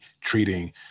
treating